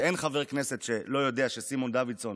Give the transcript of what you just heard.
ואין חבר כנסת שלא יודע שסימון דוידסון